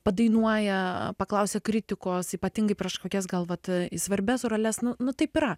padainuoja paklausia kritikos ypatingai prieš kokias gal vat į svarbias roles nu nu taip yra